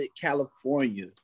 California